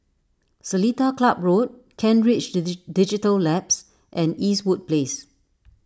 Seletar Club Road Kent Ridge Digital Labs and Eastwood Place